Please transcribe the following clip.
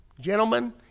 Gentlemen